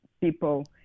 people